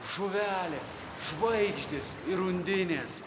žuvelės žvaigždės ir undinės